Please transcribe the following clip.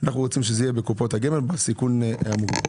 אנחנו רוצים שזה יהיה בסיכון הגבוה בקופות הגמל.